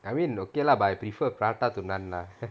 I mean okay lah but I prefer prata to naan lah